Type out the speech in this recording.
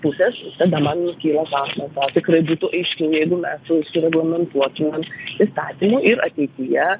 pusės tada man kyla klausimas ar tikrai būtų aiškiau jeigu mes su sureglamentuomėm įstatymu ir ateityje